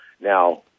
Now